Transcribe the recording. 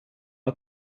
ett